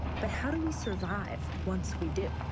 but how do we survive, once we do?